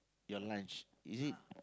your lunch is it